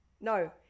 No